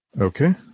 Okay